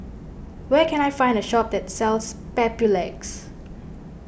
where can I find a shop that sells Papulex